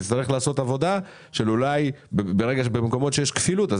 תצטרך לעשות עבודה ואולי במקומות שיש כפילות,